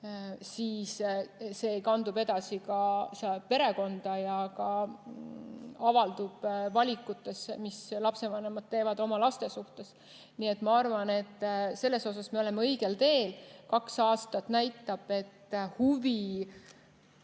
siis see kandub edasi perekonda ja avaldub valikutes, mida lapsevanemad teevad oma laste suhtes. Nii et ma arvan, et selles me oleme õigel teel. Kaks aastat on näidanud, et huvi